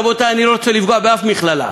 רבותי, אני לא רוצה לפגוע באף מכללה.